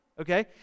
okay